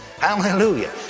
Hallelujah